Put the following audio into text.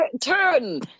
turn